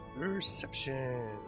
Perception